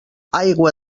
aigua